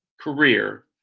career